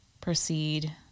proceed